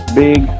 big